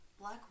Black